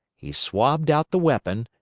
he swabbed out the weapon,